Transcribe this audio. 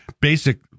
basic